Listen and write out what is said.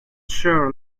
sure